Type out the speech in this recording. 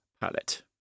palette